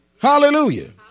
Hallelujah